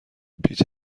پیچ